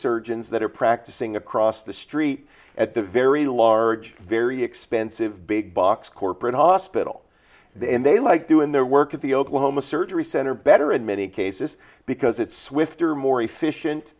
surgeons that are practicing across the street at the very large very expensive big box corporate hospital and they like doing their work at the oklahoma surgery center better in many cases because it's swifter more efficient